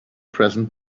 present